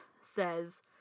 says